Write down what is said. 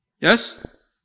Yes